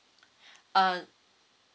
uh